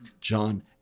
John